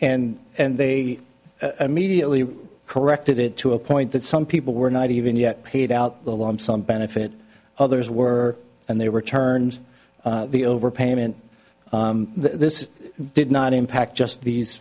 and and they immediately corrected it to a point that some people were not even yet paid out the law some benefit others were and they returned the overpayment this did not impact just these